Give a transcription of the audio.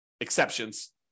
exceptions